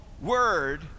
word